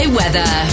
weather